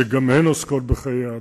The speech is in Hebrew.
שגם הן עוסקות בחיי אדם,